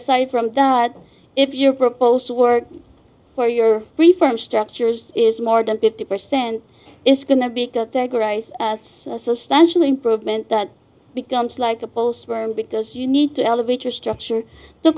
aside from that if your proposed to work for your reform structures is more than fifty percent is going to be a substantial improvement that becomes like a post because you need to elevate your structure to